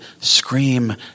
scream